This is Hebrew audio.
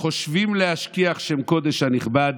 החושבים להשכיח שם קודש הנכבד.